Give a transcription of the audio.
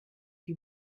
die